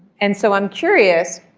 and so i'm curious.